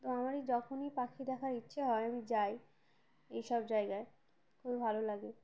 তো আমারই যখনই পাখি দেখার ইচ্ছে হয় আমি যাই এই সব জায়গায় খুবই ভালো লাগে